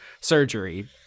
surgery